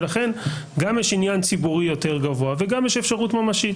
ולכן גם יש עניין ציבורי יותר גבוה וגם יש אפשרות ממשית.